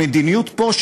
המדיניות פה,